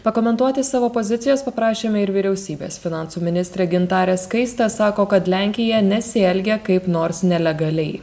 pakomentuoti savo pozicijas paprašėme ir vyriausybės finansų ministrė gintarė skaistė sako kad lenkija nesielgia kaip nors nelegaliai